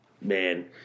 Man